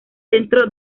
centro